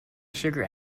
sugar